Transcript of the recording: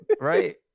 right